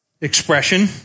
expression